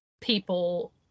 people